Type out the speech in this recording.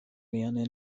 lian